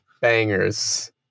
bangers